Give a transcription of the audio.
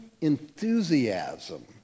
enthusiasm